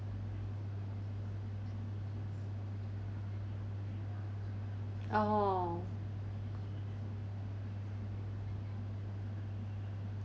oh